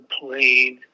played